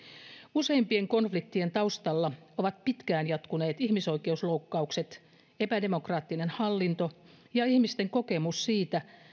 useimpien konfliktien taustalla ovat pitkään jatkuneet ihmisoikeusloukkaukset epädemokraattinen hallinto ja ihmisten kokemus siitä